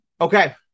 Okay